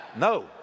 No